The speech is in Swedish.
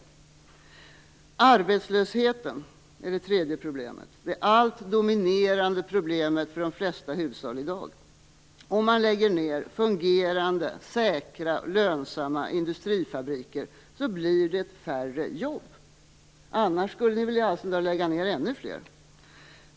Sedan har vi arbetslösheten. Den är det allt dominerande problemet för de flesta hushåll i dag. Om man lägger ned fungerande, säkra och lönsamma industrifabriker blir det färre jobb. Annars skulle ni väl i all sin dar lägga ned ännu fler.